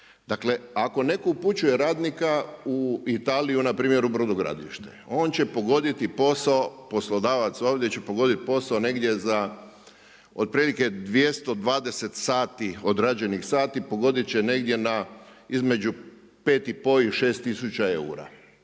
Dakle, ako netko upućuje radnika u Italiju npr. u brodogradilište, on će pogoditi posao, poslodavac će pogoditi posao negdje za otprilike 220 sati, odrađeni sati, pogodit će negdje na između 5500 i 6000 eura.